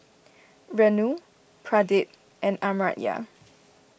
Renu Pradip and Amartya